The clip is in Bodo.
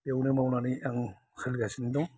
बेयावनो मावनानै आं सलिगासिनो दं